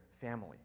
family